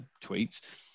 tweets